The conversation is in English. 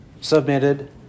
submitted